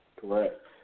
Correct